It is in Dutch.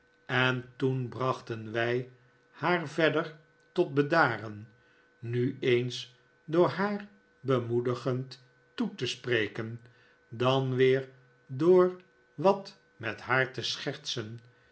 en toen brachten wij haar verder tot bedaren nu eens door haar bemoedigend toe te spreken dan weer door wat met haar te schertsen